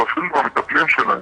או אפילו עם המטפלים שלהם.